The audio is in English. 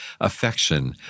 affection